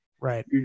Right